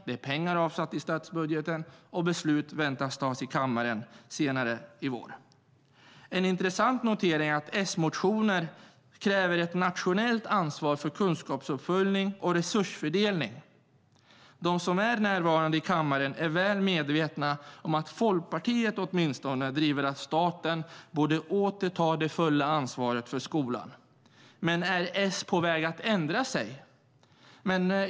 Det är pengar avsatta i statsbudgeten, och beslut väntas tas i kammaren senare i vår. En intressant notering är att man i S-motionen kräver ett nationellt ansvar för kunskapsuppföljning och resursfördelning. De som är närvarande i kammaren är väl medvetna om att åtminstone Folkpartiet driver att staten åter borde ta det fulla ansvaret för skolan. Men är S på väg att ändra sig?